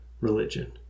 religion